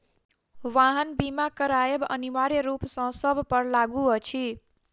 वाहन बीमा करायब अनिवार्य रूप सॅ सभ पर लागू अछि